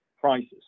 prices